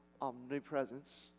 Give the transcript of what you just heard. omnipresence